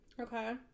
Okay